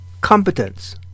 competence